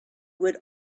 would